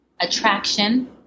attraction